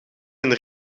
een